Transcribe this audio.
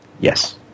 Yes